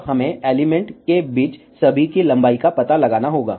अब हमें एलिमेंट के बीच सभी की लंबाई का पता लगाना होगा